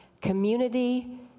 community